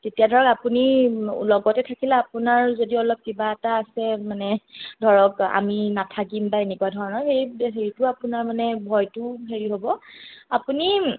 তেতিয়া ধৰ আপুনি লগতে থাকিলে আপোনাৰ যদি অলপ কিবা এটা আছে মানে ধৰক আমি নাথাকিম বা এনেকুৱা ধৰণৰ এই হেৰিটো আপোনাৰ মানে ভয়টো হেৰি হ'ব আপুনি